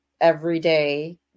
everyday